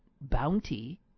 bounty